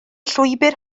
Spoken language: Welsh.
llwybr